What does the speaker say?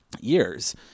years